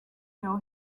know